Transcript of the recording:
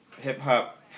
Hip-hop